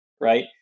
right